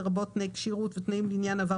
לרבות תנאי כשירות ותנאים לעניין עבר